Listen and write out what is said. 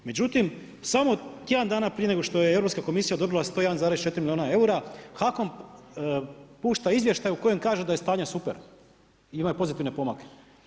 Međutim, samo tjedan dana prije nego što je Europska komisija odobrila 101,4 milijuna eura, HAKOM pušta izvještaj u kojem kaže da je stanje super i imaju pozitivne pomake.